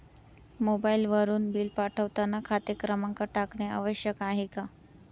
मोबाईलवरून बिल पाठवताना खाते क्रमांक टाकणे आवश्यक आहे का?